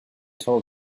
told